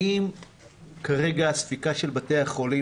האם כרגע הספיקה של בתי החולים,